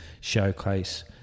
showcase